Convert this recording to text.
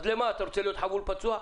אז למה, אתה רוצה להיות חבול, פצוע?